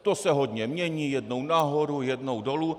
To se hodně mění, jednou nahoru, jednou dolů.